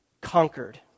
conquered